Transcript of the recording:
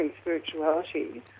spirituality